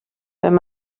wenn